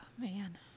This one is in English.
man